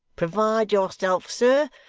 provide yourself, sir,